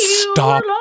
stop